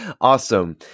Awesome